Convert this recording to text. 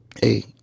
Hey